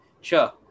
Sure